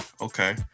okay